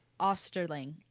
Osterling